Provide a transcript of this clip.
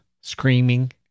screaming